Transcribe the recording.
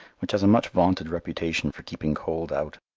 which has a much-vaunted reputation for keeping cold out.